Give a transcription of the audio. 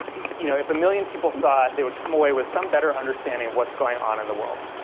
you know if a million people saw it, they would come away with some better understanding of what's going on in the world.